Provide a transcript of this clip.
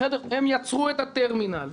הם יצרו את הטרמינל,